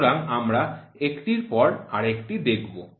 সুতরাং আমরা এটির পর আরেকটি দেখব